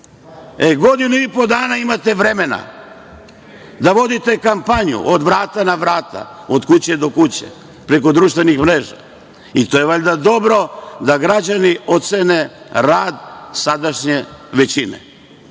Godinu i po dana imate vremena da vodite kampanju od vrata do vrata, od kuće do kuće, preko društvenih mreža i to je valjda dobro da građani ocene rad sadašnje većine.